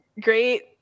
great